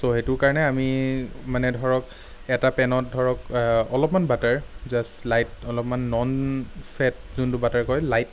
চ' সেইটো কাৰণে আমি মানে ধৰক এটা পেনত ধৰক অলপমান বাটাৰ জাষ্ট লাইট অলপমান নন ফেট যোনটো বাটাৰ কয় লাইট